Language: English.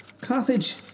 Carthage